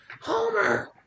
Homer